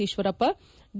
Eshwarappa D